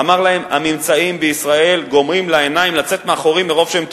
אמר להם: הממצאים בישראל גורמים לעיניים לצאת מהחורים מרוב שהם טובים.